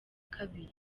kabiri